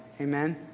Amen